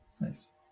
Nice